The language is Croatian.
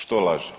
Što laže?